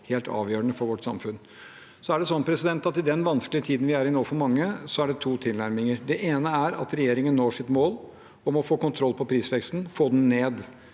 helt avgjørende for vårt samfunn. I den vanskelige tiden vi er i nå – for mange – er det to tilnærminger. Den ene er at regjeringen når sitt mål om å få kontroll på prisveksten, få den ned.